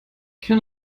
can